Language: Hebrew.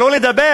שלא לדבר,